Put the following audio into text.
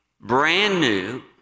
brand-new